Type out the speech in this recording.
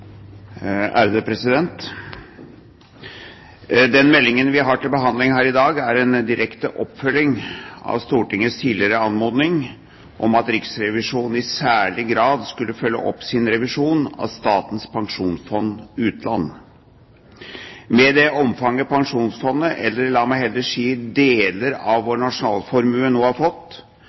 en direkte oppfølging av Stortingets tidligere anmodninger om at Riksrevisjonen i særlig grad skulle følge opp sin revisjon av Statens pensjonsfond – Utland. Med det omfanget Pensjonsfondet, eller la meg heller si deler av vår nasjonalformue, nå har fått,